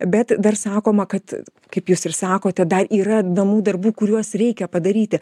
bet dar sakoma kad kaip jūs ir sakote dar yra namų darbų kuriuos reikia padaryti